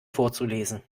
vorzulesen